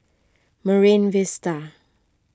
Marine Vista